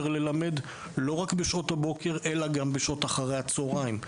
ללמד לא רק בשעות הבוקר אלא גם בשעות אחר הצהריים.